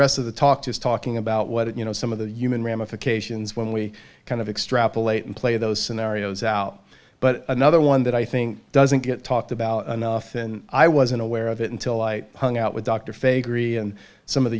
rest of the talk just talking about what it you know some of the human ramifications when we kind of extrapolate and play those scenarios out but another one that i think doesn't get talked about enough and i wasn't aware of it until i hung out with dr fakery and some of the